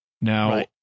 Now